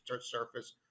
surface